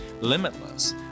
limitless